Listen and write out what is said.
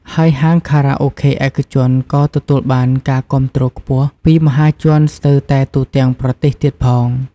ហើយហាងខារ៉ាអូខេឯកជនក៏ទទួលបានការគាំទ្រខ្ពស់ ពីមហាជនស្ទើតែទូទាំងប្រទេសទៀតផង។